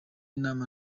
inama